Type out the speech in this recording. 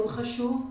זה נושא חשוב מאוד.